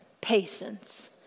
patience